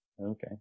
Okay